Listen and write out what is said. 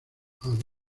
abre